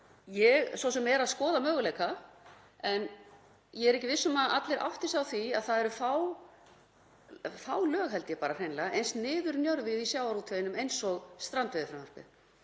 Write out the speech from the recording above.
Ég svo sem er að skoða möguleika en ég er ekki viss um að allir átti sig á því að það eru fá lög, held ég hreinlega, eins niðurnjörvuð í sjávarútveginum og um strandveiðar.